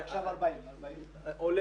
עכשיו 40. עולה.